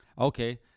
Okay